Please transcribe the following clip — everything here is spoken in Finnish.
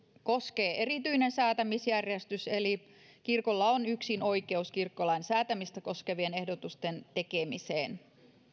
koskee erityinen säätämisjärjestys eli kirkolla on yksinoikeus kirkkolain säätämistä koskevien ehdotusten tekemiseen